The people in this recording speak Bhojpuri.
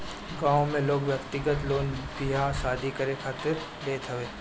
गांव में लोग व्यक्तिगत लोन बियाह शादी करे खातिर लेत हवे